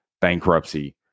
Bankruptcy